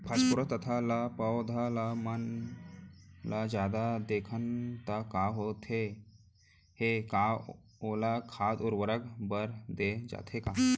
Phosphorus तथा ल पौधा मन ल जादा देथन त का होथे हे, का ओला खाद उर्वरक बर दे जाथे का?